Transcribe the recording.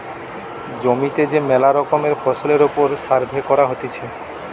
জমিতে যে মেলা রকমের ফসলের ওপর সার্ভে করা হতিছে